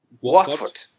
Watford